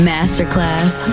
Masterclass